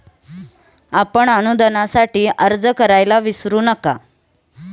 आपण अनुदानासाठी अर्ज करायला विसरू नका